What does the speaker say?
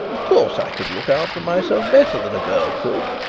of course, i could look out for myself better than a girl could.